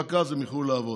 רק אז הם יוכלו לעבוד.